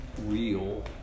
real